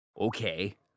okay